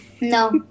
No